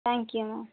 thank you ma'am